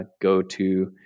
go-to